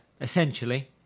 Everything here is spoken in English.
essentially